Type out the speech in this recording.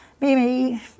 Mimi